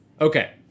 Okay